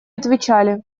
отвечали